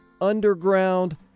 Underground